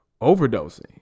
Overdosing